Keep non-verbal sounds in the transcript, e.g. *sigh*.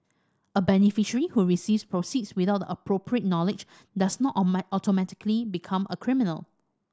a beneficiary who receives proceeds without the appropriate knowledge does not *unintelligible* automatically become a criminal